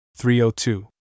302